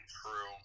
true